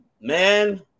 man